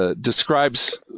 Describes